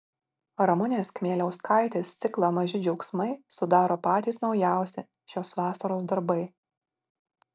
ramunės kmieliauskaitės ciklą maži džiaugsmai sudaro patys naujausi šios vasaros darbai